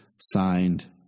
signed